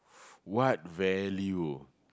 what value